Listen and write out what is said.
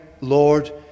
Lord